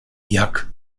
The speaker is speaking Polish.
jak